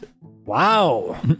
Wow